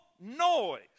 noise